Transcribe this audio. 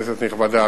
כנסת נכבדה,